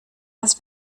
las